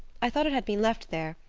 i thought it had been left there.